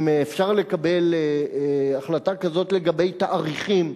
אם אפשר לקבל החלטה כזאת לגבי תאריכים,